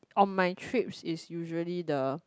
on my trips is usually the